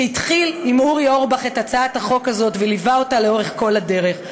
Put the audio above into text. שהתחיל עם אורי אורבך את הצעת החוק הזאת וליווה אותה לאורך כל הדרך,